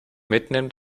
mitnehmen